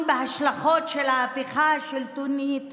מדינת ישראל היא מדינה יהודית